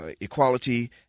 equality